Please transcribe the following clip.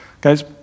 Guys